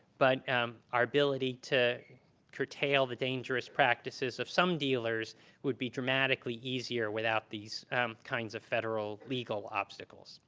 but um our ability to curtail the dangerous practices of some dealers would be dramatically easier without these kinds of federal legal obstacles.